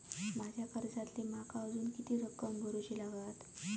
माझ्या कर्जातली माका अजून किती रक्कम भरुची लागात?